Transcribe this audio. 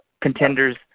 contenders